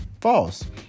false